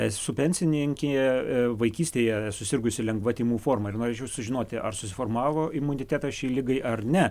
esu pensininkė vaikystėje esu susirgusi lengva tymų forma ir norėčiau sužinoti ar susiformavo imunitetas šiai ligai ar ne